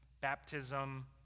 baptism